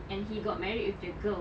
he got married with the girl